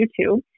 YouTube